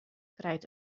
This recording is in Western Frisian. krijt